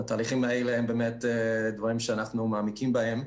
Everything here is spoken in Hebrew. והתהליכים האלה הם באמת דברים שאנחנו מעמיקים בהם.